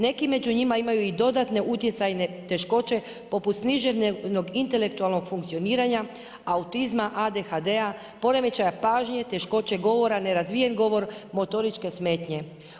Neki među njima imaju i dodatne utjecajne teškoće poput sniženog intelektualnog funkcioniranja autizma, ADHD-a poremećaja pažnje, teškoće govora, nerazvijen govor, motoričke smetnje.